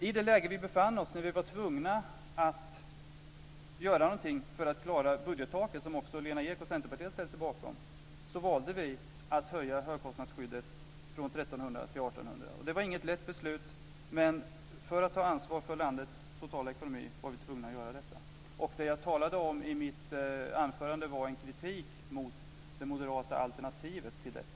I det läge vi befann oss när vi var tvungna att göra någonting för att klara budgettaket, som också Lena Ek och Centerpartiet har ställt sig bakom, valde vi att höja högkostnadsskyddet från 1 300 kr till 1 800 kr. Det var inget lätt beslut, men för att ta ansvar för landets totala ekonomi var vi tvungna att göra detta. Det jag talade om i mitt anförande var en kritik mot det moderata alternativet till detta.